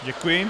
Děkuji.